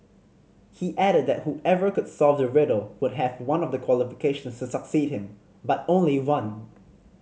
he added that whoever could solve the riddle would have one of the qualifications succeed him but only one